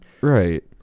right